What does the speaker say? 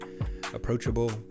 approachable